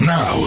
Now